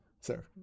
Sir